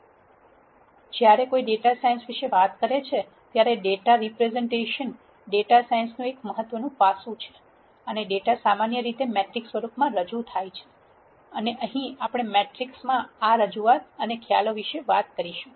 તેથી જ્યારે કોઈ ડેટા સાયન્સ વિશે વાત કરે છે ત્યારે ડેટા રિપ્રેઝેન્ટેશન ડેટા સાયન્સનું એક મહત્વપૂર્ણ પાસું છે અને ડેટા સામાન્ય રીતે મેટ્રિક્સ સ્વરૂપમાં રજૂ થાય છે અને અહીં આપણે મેટ્રિકમાં આ રજૂઆત અને ખ્યાલો વિશે વાત કરીશું